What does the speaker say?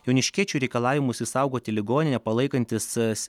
joniškiečių reikalavimus išsaugoti ligoninę palaikantis